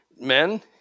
men